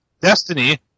Destiny